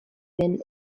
den